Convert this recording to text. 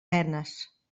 penes